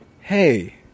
hey